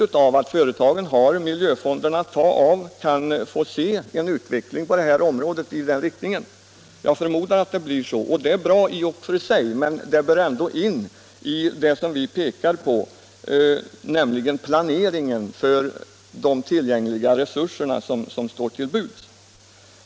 Eftersom företagen har miljöfonder att ta av, kanske vi i allt större utsträckning får vara med om en utveckling i denna riktning. Det är i och för sig bra, men det bör ändå in i det som vi pekar på, nämligen planeringen för de resurser som står till buds.